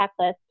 checklist